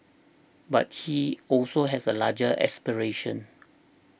but he also has a larger aspiration